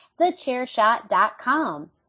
TheChairShot.com